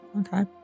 Okay